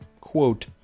quote